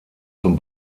zum